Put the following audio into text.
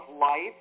life